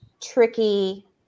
tricky